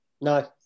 No